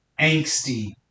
angsty